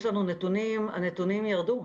יש לנו נתונים., הנתונים ירדו.